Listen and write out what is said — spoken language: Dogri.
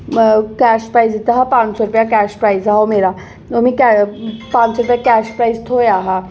कैश प्राइज दिता हा पंज सौ रपेआ कैश प्राइज हा ओह् मेरा पंज सौ रपेऽ कैश प्राइज थ्होआ हा